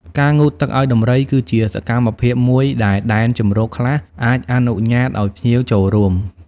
ការងូតទឹកឲ្យដំរី គឺជាសកម្មភាពមួយដែល ដែនជម្រកខ្លះអាចអនុញ្ញាតឲ្យភ្ញៀវចូលរួម។